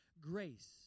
grace